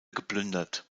geplündert